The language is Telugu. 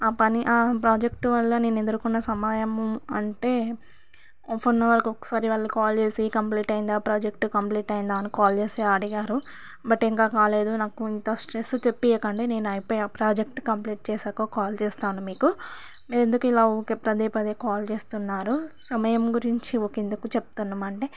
ఆ పని ఆ ప్రాజెక్టు వల్ల నేను ఎదుర్కొన్న సమయము అంటే హాఫ్ ఆన్ అవర్కు ఒకసారి వాళ్ళు కాల్ చేసి కంప్లీట్ అయ్యిందా ప్రాజెక్టు కంప్లీట్ అయ్యిందా అని కాల్ చేసి అడిగారు బట్ ఇంకా కాలేదు లేదు నాకు ఇంత స్ట్రెస్ తెప్పించకండి ఆ ప్రాజెక్ట్ కంప్లీట్ చేసి కాల్ చేస్తాను మీకు మీరు ఎందుకు ఇలా ఊరికే పదే పదే కాల్ చేస్తున్నారు సమయం గురించి ఊరికే ఎందుకు చెప్తున్నాం అంటే